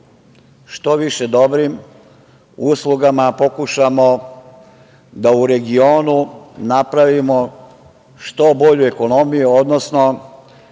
što više dobrim uslugama pokušamo da u regionu napravimo što bolju ekonomiju, odnosno